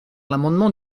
l’amendement